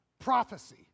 Prophecy